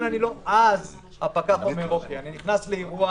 אז הפקח אומר: אוקיי, אני נכנס לאירוע